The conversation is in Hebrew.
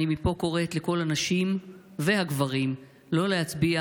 אני קוראת מפה לכל הנשים והגברים לא להצביע